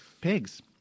Pigs